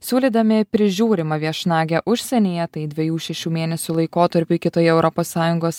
siūlydami prižiūrimą viešnagę užsienyje tai dviejų šešių mėnesių laikotarpiui kitoje europos sąjungos